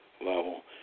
level